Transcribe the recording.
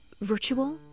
Virtual